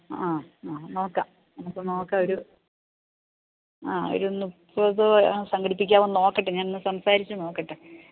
ആ നോക്കാം നമുക്ക് നോക്കാം ഒരു ഇത് ആ ഇപ്പോള് ഇത് സംഘടിപ്പിക്കാമോയെന്ന് നോക്കട്ടെ ഞാനൊന്ന് സംസാരിച്ചുനോക്കട്ടെ